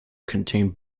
contain